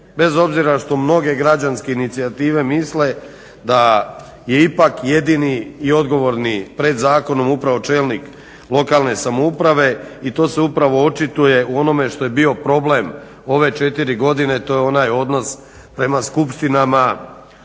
bez obzira što mnoge građanske inicijative misle da je ipak jedini i odgovorni pred zakonom upravo čelnik lokalne samouprave i to se upravo očituje u onome što je bio problem ove 4 godine to je onaj odnos prema skupštinama